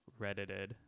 reddited